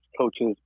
coaches